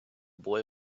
boy